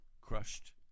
crushed